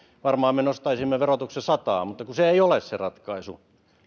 varmaan me nostaisimme verotuksen sataan mutta kun se ei ole se ratkaisu